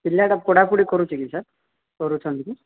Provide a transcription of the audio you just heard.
ପିଲାଟା ପଢ଼ାପଢ଼ି କରୁଛି କି ସାର୍ କରୁଛନ୍ତି କି